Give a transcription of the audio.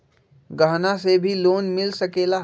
गहना से भी लोने मिल सकेला?